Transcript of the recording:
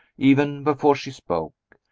even before she spoke.